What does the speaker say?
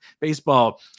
baseball